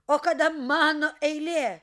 o kada mano eilė